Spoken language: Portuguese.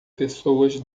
pessoas